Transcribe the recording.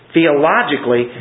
Theologically